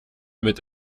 mit